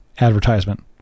advertisement